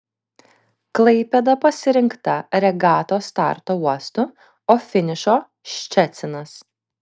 klaipėda pasirinkta regatos starto uostu o finišo ščecinas